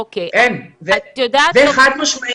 זה חד משמעי.